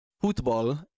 football